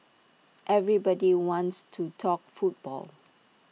everybody wants to talk football